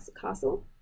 Castle